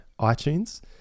iTunes